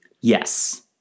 Yes